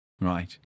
right